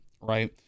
right